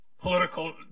political